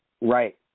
Right